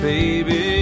Baby